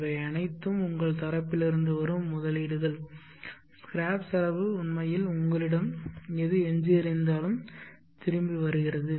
இவை அனைத்தும் உங்கள் தரப்பிலிருந்து வரும் முதலீடுகள் ஸ்கிராப் செலவு உண்மையில் உங்களிடம் எது எஞ்சியிருந்தாலும் திரும்பி வருகிறது